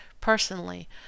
personally